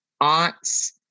aunts